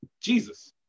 Jesus